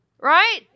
right